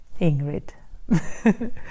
Ingrid